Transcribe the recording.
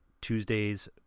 Tuesday's